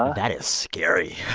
that is scary